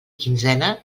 quinzena